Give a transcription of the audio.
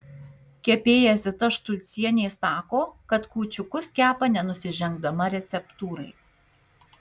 kepėja zita štulcienė sako kad kūčiukus kepa nenusižengdama receptūrai